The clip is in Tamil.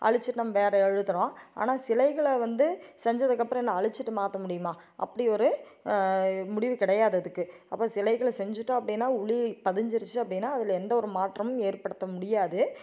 அழிச்சிட்டு நம்ம வேறு எழுதுகிறோம் ஆனால் சிலைகளை வந்து செஞ்சதுக்கப்புறம் என்ன அழிச்சிட்டு மாற்ற முடியுமா அப்படி ஒரு முடிவு கிடையாது அதுக்கு அப்போ சிலைகலை செஞ்சுட்டோம் அப்படின்னா உளி பதிஞ்சிருச்சு அப்படின்னா அதில் எந்த ஒரு மாற்றமும் ஏற்படுத்த முடியாது